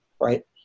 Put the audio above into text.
right